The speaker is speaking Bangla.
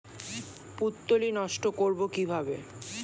পুত্তলি নষ্ট করব কিভাবে?